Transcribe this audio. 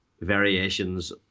variations